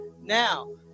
Now